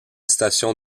station